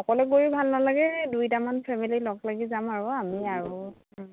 অকলে গৈও ভাল নালাগে দুইটামান ফেমিলি লগ লাগি যাম আৰু আমি আৰু